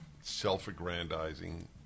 self-aggrandizing